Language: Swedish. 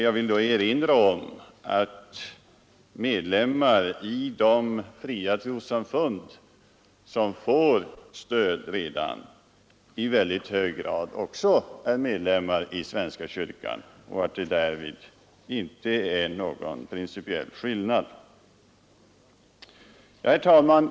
Jag vill erinra om att medlemmar i de fria trossamfund, som redan får stöd, i mycket stor utsträckning också är medlemmar i svenska kyrkan. Därvid föreligger inte någon principiell skillnad. Herr talman!